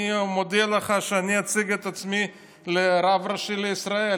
אני מודיע לך שאני אציע את עצמי לרב ראשי לישראל.